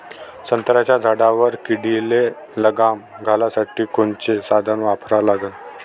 संत्र्याच्या झाडावर किडीले लगाम घालासाठी कोनचे साधनं वापरा लागन?